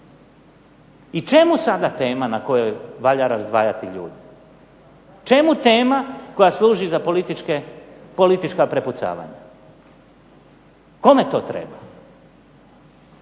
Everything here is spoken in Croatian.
I čemu sada tema na kojoj valja razdvajati ljude? Čemu tema koja služi za politička prepucavanja? Kome to treba?